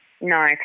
No